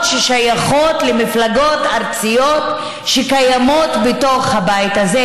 ששייכות למפלגות ארציות שקיימות בתוך הבית הזה,